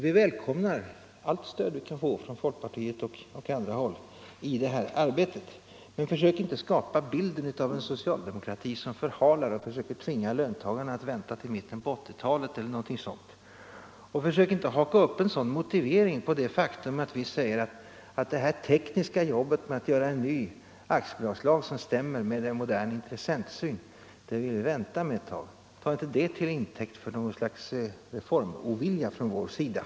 Vi välkomnar allt stöd vi kan få från folkpartiet och andra håll i det arbetet, men försök inte skapa bilden av en socialdemokrati som förhalar och försöker tvinga löntagarna att vänta till mitten av 1980-talet eller någonting sådant. Och försök inte haka upp en sådan motivering på det faktum att vi säger att vi vill vänta ett tag med det tekniska arbetet med att göra en ny aktiebolagslag som stämmer överens med en modern intressentsyn. Ta inte det till intäkt för något slags reformovilja från vår sida.